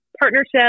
partnership